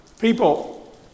people